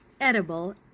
edible